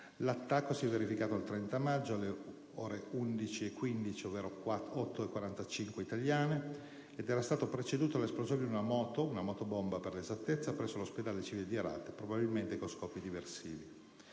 l'attacco si è verificato il 30 maggio alle ore 11,15, ovvero 8,45 italiane, ed era stato preceduto dall'esplosione di una moto - una motobomba per l'esattezza - presso l'ospedale civile di Herat, probabilmente con scopi diversivi.